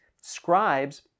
scribes